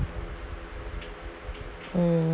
mm